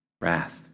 Wrath